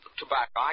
tobacco